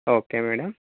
okay madam